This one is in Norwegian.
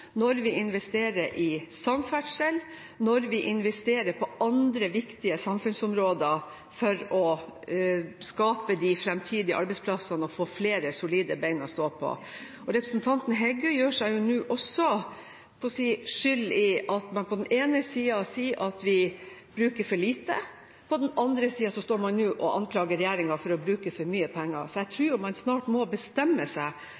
når vi investerer i samferdsel, når vi investerer på andre viktige samfunnsområder, for å skape de fremtidige arbeidsplassene og få flere solide ben å stå på. Representanten Heggø gjør seg nå også skyldig i at man på den ene siden sier at vi bruker for lite, og på den andre siden nå står og anklager regjeringen for å bruke for mye penger. Jeg tror man snart må bestemme seg